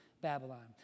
Babylon